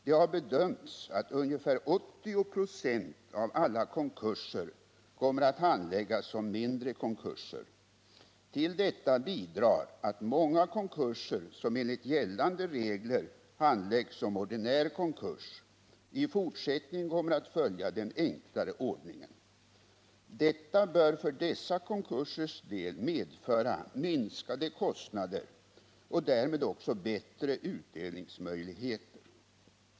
Det har bedömts att ungefär 80 96 av alla konkurser kommer att handläggas som mindre konkurser. Till detta bidrar att många konkurser som enligt gällande regler handläggs som ordinär konkurs i fortsättningen kommer att följa den enklare ordningen. Detta bör för dessa konkursers del medföra minskade kostnader och därmed också bättre utdelningsmöjligheter.